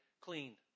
clean